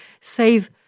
save